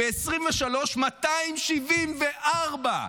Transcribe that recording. ב-2023, 274,